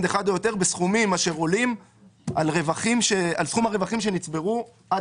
אחד או יותר בסכומים אשר עולים על סכום הרווחים שנצברו עד